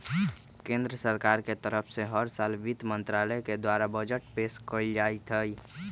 केन्द्र सरकार के तरफ से हर साल वित्त मन्त्रालय के द्वारा बजट पेश कइल जाईत हई